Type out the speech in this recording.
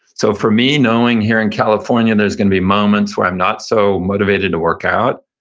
so for me, knowing here in california there's going to be moments where i'm not so motivated to work out,